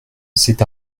cet